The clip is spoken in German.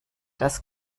das